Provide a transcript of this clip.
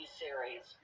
series